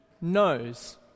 knows